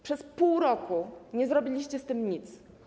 Przez pół roku nie zrobiliście z tym nic.